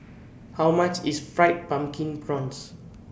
How much IS Fried Pumpkin Prawns